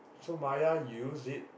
so Maya you use it